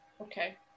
Okay